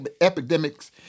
epidemics